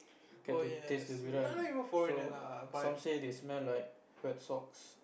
get to taste the durian so some say they smell like wet socks